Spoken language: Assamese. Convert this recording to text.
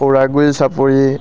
সৌৰাগুৰি চাপৰি